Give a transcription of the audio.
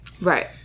Right